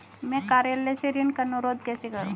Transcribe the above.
मैं कार्यालय से ऋण का अनुरोध कैसे करूँ?